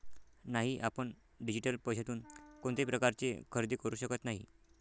नाही, आपण डिजिटल पैशातून कोणत्याही प्रकारचे खरेदी करू शकत नाही